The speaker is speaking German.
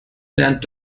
lernt